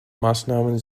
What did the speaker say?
maßnahmen